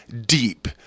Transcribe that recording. deep